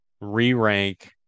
re-rank